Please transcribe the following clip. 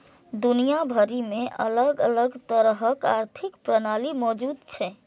दुनिया भरि मे अलग अलग तरहक आर्थिक प्रणाली मौजूद छै